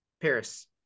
Paris